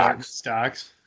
stocks